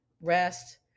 rest